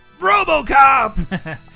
RoboCop